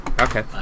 Okay